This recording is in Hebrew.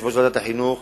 יושב-ראש ועדת החינוך,